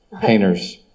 painters